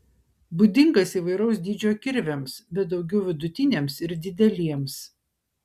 būdingas įvairaus dydžio kirviams bet daugiau vidutiniams ir dideliems